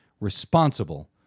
responsible